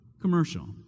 commercial